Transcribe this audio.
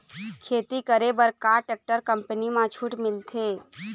खेती करे बर का टेक्टर कंपनी म छूट मिलथे?